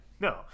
no